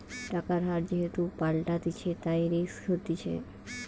টাকার হার যেহেতু পাল্টাতিছে, তাই রিস্ক হতিছে